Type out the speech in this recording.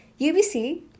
UBC